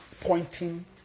pointing